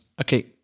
okay